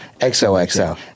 XOXO